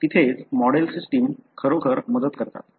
तिथेच model system खरोखर मदत करतात